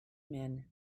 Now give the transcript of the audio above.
men